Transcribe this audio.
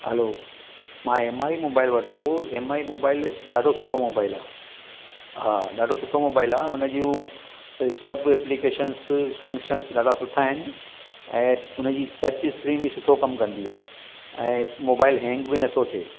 हलो मां M I mobile वरितो M I mobile ॾाढो सुठो मोबाइल आहे हा ॾाढो सुठो मोबाइल आहे हुन जूं सभु एपलिकेशन्स फंक्शन्स ॾाढा सुठा आहिनि ऐं हुन जी टच स्क्रीन बि सुठो कमु कंदी आहे ऐं मोबाइल हैंग बि नथो थिए